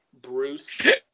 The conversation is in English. Bruce